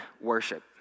worship